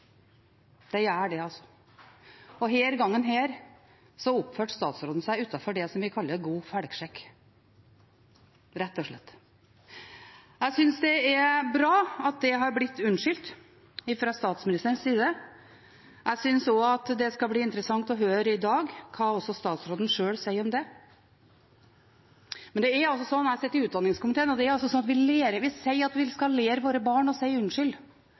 Den gjør det. Denne gangen oppførte statsråden seg utenfor det som vi kaller god folkeskikk – rett og slett. Jeg synes det er bra at statsministeren har bedt om unnskyldning. Jeg synes også det skal bli interessant å høre i dag hva statsråden sjøl sier om det. Jeg sitter i utdanningskomiteen, og vi sier at vi skal lære våre barn å si unnskyld